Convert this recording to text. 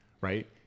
right